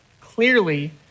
clearly